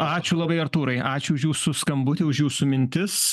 ačiū labai artūrai ačiū už jūsų skambutį už jūsų mintis